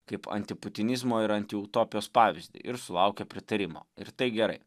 kaip antiputinizmo ir antiutopijos pavyzdį ir sulaukė pritarimo ir tai gerai